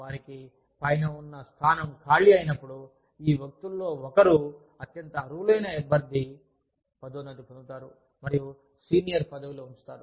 వారికి పైన ఉన్న స్థానం కాళీ అయినప్పుడు ఈ వ్యక్తులలో ఒకరు అత్యంత అర్హులైన అభ్యర్థి పదోన్నతి పొందుతారు మరియు సీనియర్ పదవిలో ఉంచుతారు